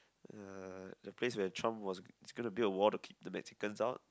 uh the place where Trump was he's gonna build a wall to keep the Mexicans out